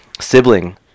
sibling